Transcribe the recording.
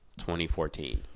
2014